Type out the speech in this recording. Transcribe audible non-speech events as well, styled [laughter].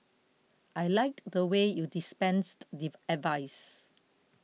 I liked the way you dispensed [noise] advice